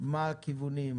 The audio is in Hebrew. מה הכיוונים?